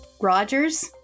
Rogers